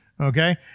Okay